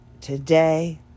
today